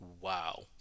wow